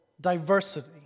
diversity